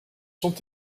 sont